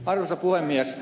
arvoisa puhemies